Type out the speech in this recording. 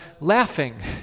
laughing